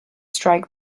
strike